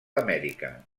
amèrica